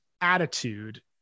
attitude